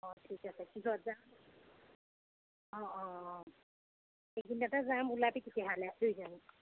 অঁ ঠিক আছে কিহত যাৱ অঁ অঁ অঁ এইকেইদিনতে যাম ওলাবি তেতিয়াহ'লে দুইজনী